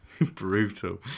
brutal